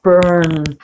burn